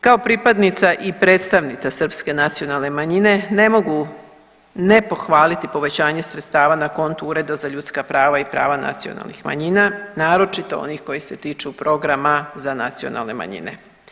Kao pripadnika i predstavnica srpske nacionalne manjine ne mogu ne pohvaliti povećanje sredstava na kontu Ureda za ljudska prava i prava nacionalnih manjina naročito onih koji se tiču programa za nacionalne manjine.